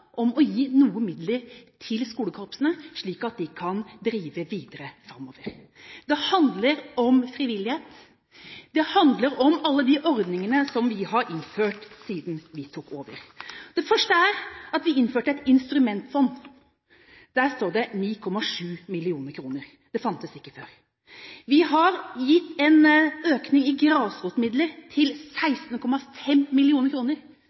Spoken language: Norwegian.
om å gi noen midler til skolekorpsene, slik at de kan drive videre framover. Det handler om frivillighet. Det handler om alle de ordningene som vi har innført siden vi tok over. Det første var at vi innførte et instrumentfond – der står det 9,7 mill. kr. Det fantes ikke før. Vi har økt grasrotmidlene til 16,5 mill. kr., en ordning som opposisjonspartiene samlet var imot i